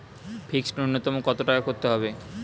Fixed নুন্যতম কত টাকা করতে হবে?